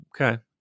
okay